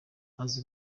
azi